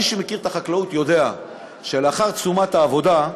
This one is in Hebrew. מי שמכיר את החקלאות יודע שלאחר תשומת העבודה,